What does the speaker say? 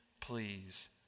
please